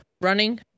running